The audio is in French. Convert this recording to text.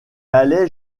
allait